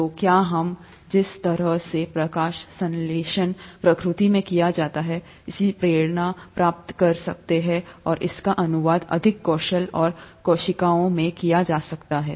तो क्या हम जिस तरह से प्रकाश संश्लेषण प्रकृति में किया जाता है इससे प्रेरणा पा सकते हैं और इसका अनुवाद अधिक कुशल सौर कोशिकाओं में किया जा सकता है